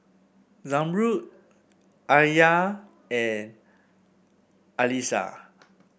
Zamrud Alya and Qalisha